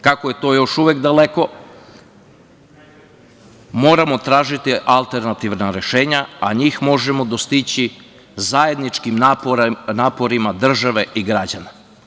Kako je to još uvek daleko, moramo tražiti alternativna rešenja, a njih možemo dostići zajedničkim naporima države i građana.